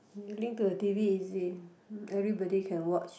link to the T_V easy everybody can watch